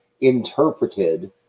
interpreted